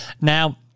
Now